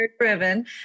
driven